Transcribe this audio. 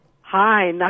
Hi